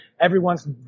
everyone's